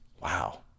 Wow